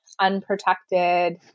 unprotected